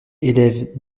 élève